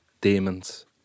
demons